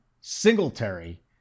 Singletary